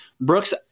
Brooks